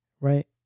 right